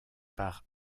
par